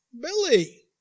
Billy